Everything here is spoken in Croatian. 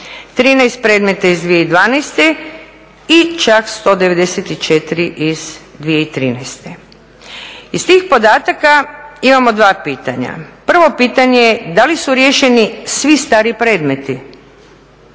13 predmeta iz 2012. i čak 194 iz 2013. Iz tih podataka imamo dva pitanja. Prvo pitanje je da li su riješeni svi stari predmeti,